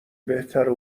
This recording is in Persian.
بهتره